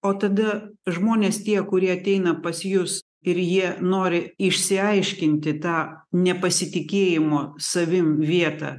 o tada žmonės tie kurie ateina pas jus ir jie nori išsiaiškinti tą nepasitikėjimo savim vietą